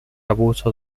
abuso